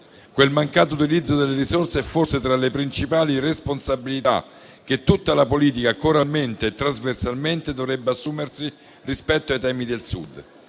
Quel mancato utilizzo delle risorse è forse tra le principali responsabilità che tutta la politica, coralmente e trasversalmente, dovrebbe assumersi rispetto ai temi del Sud.